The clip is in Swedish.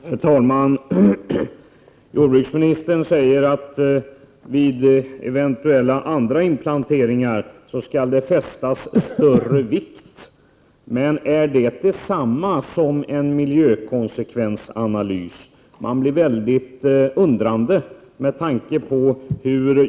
Herr talman! Jordbruksministern säger att man vid andra eventuella inplanteringar skall fästa större vikt vid miljökonsekvenserna. Är det detsamma som en miljökonsekvensanalys? Jag blir väldigt fundersam.